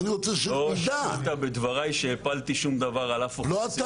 אז אני רוצה --- לא שמעת בדבריי שהפלתי שום דבר על אף אחד.